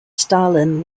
stalin